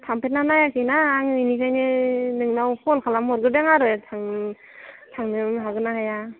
थांफेरना नायाखैना आं बेनिखायनो नोंनाव फन खालामहरग्रोदों आरो थांनो हागोन ना हाया